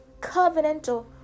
covenantal